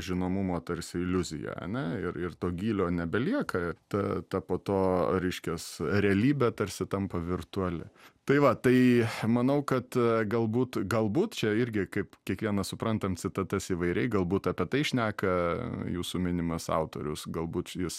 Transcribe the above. žinomumo tarsi iliuziją ane ir ir to gylio nebelieka ta ta po to reiškias realybė tarsi tampa virtuali tai va tai manau kad galbūt galbūt čia irgi kaip kiekvienas suprantam citatas įvairiai galbūt apie tai šneka jūsų minimas autorius galbūt jis